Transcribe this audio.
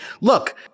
Look